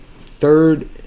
third